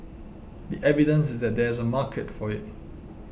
the evidence is there that there is a market for it